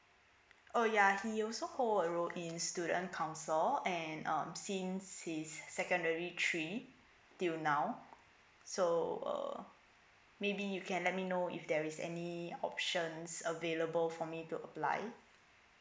oh ya he also hold a role in student council and um since his secondary three till now so uh maybe you can let me know if there is any options available for me to apply